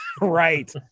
right